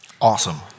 Awesome